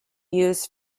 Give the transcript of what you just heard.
use